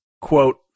quote